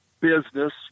business